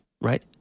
right